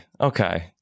Okay